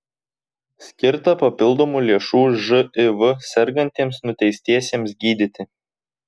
skirta papildomų lėšų živ sergantiems nuteistiesiems gydyti